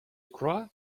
crois